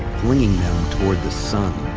flinging them toward the sun.